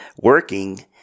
working